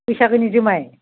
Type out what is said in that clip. बैसागोनि जुमाय